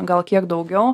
gal kiek daugiau